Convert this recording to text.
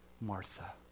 Martha